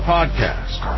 Podcast